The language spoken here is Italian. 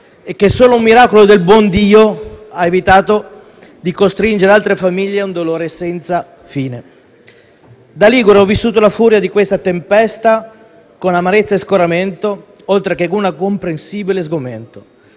e solo un miracolo del buon Dio ha evitato di costringere altre famiglie a un dolore senza fine. Da ligure ho vissuto la furia di questa tempesta con amarezza e scoramento, oltre che con comprensibile sgomento.